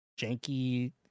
janky